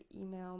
email